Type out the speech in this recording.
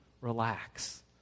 Relax